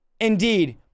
indeed